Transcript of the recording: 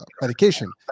medication